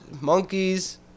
monkeys